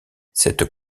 cette